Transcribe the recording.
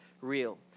real